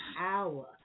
hour